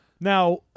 Now